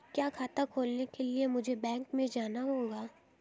क्या खाता खोलने के लिए मुझे बैंक में जाना होगा?